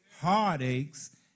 heartaches